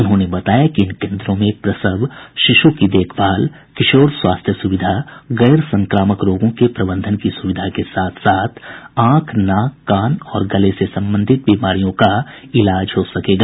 उन्होंने बताया कि इन कोन्द्रों में प्रसव शिशु की देखभाल किशोर स्वास्थ्य सुविधा गैर संक्रामक रोगों के प्रबंधन की सुविधा के साथ साथ आंख नाक कान और गले से संबंधित बीमारियों का इलाज हो सकेगा